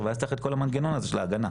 ואז צריך את כל המנגנון הזה של ההגנה.